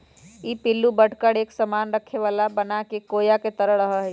ई पिल्लू बढ़कर एक सामान रखे वाला बनाके कोया के तरह रहा हई